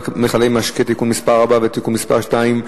מכלי משקה (תיקון מס' 4) (תיקון מס' 2)